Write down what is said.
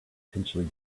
potentially